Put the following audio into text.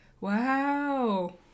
Wow